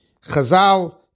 Chazal